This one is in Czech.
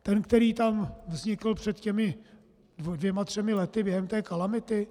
Ten, který tam vznikl před dvěma třemi lety během kalamity?